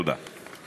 תודה.